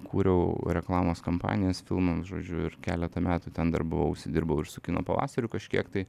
kūriau reklamos kampanijas filmam žodžiu ir keletą metų ten darbavausi dirbau ir su kino pavasariu kažkiek tai